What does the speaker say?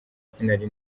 sinari